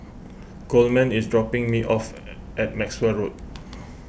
Coleman is dropping me off at Maxwell Road